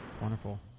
Wonderful